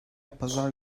pazar